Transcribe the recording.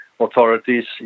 authorities